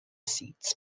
seat